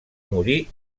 morir